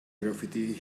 graffiti